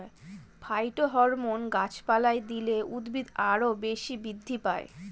phytohormone গাছপালায় দিলে উদ্ভিদ আরও বেশি বৃদ্ধি পায়